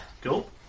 Cool